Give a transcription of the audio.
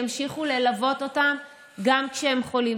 שימשיכו ללוות אותם גם כשהם חולים.